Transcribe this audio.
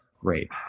great